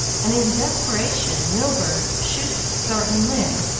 and is desperation milburgh shoots thornton lyne.